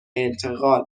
انتقال